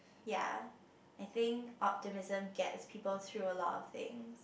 ya I think optimism gets people through a lot of things